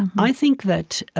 i think that,